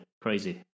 crazy